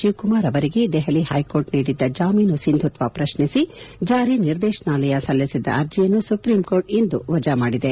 ಶಿವಕುಮಾರ್ ಅವರಿಗೆ ದೆಹಲಿ ಹೈಕೋರ್ಟ್ ನೀಡಿದ್ದ ಜಾಮೀನು ಸಿಂಧುತ್ವ ಪ್ರಶ್ನಿಸಿ ಜಾರಿ ನಿರ್ದೇಶನಾಲಯ ಸಲ್ಲಿಸಿದ್ದ ಅರ್ಜೆಯನ್ನು ಸುಪ್ರೀಂಕೋರ್ಟ್ ಇಂದು ವಜಾ ಮಾಡಿದೆ